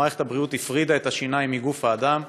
מערכת הבריאות הפרידה את השיניים מגוף האדם,